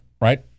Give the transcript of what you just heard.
right